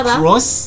cross